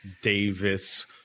Davis